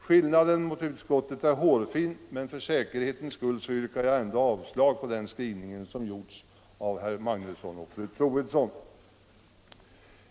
Skillnaden i förhållande till utskottsmajoriteten är hårfin, men för säkerhets skull yrkar jag ändå avslag på den av herr Magnusson i Borås och fru Troedsson föreslagna skrivningen.